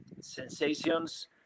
sensations